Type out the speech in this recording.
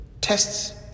tests